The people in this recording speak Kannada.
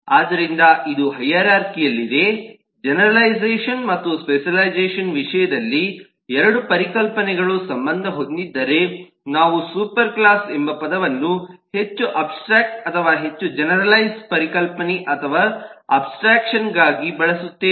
ಆದ್ದರಿಂದ ಇದು ಹೈರಾರ್ಖಿಯಲ್ಲಿದೆ ಜೆನೆರಲೈಝೇಷನ್ ಮತ್ತು ಸ್ಪೆಷಲ್ಲೈಝೇಷನ್ ವಿಷಯದಲ್ಲಿ 2 ಪರಿಕಲ್ಪನೆಗಳು ಸಂಬಂಧ ಹೊಂದಿದ್ದರೆ ನಾವು ಸೂಪರ್ ಕ್ಲಾಸ್ ಎಂಬ ಪದವನ್ನು ಹೆಚ್ಚು ಅಬ್ಸ್ಟ್ರ್ಯಾಕ್ಟ್ ಅಥವಾ ಹೆಚ್ಚು ಜೆನೆರಲೈಸ್ಡ್ ಪರಿಕಲ್ಪನೆ ಅಥವಾ ಅಬ್ಸ್ಟ್ರಾಕ್ಷನ್ಗಾಗಿ ಬಳಸುತ್ತೇವೆ